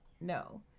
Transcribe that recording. no